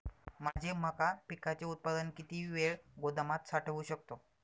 माझे मका पिकाचे उत्पादन किती वेळ गोदामात साठवू शकतो?